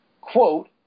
quote